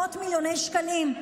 מאות מיליוני שקלים,